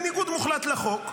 בניגוד מוחלט לחוק.